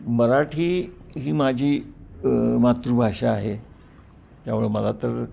मराठी ही माझी मातृभाषा आहे त्यामुळं मला तर